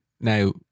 now